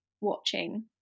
watching